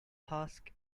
husk